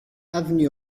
avenue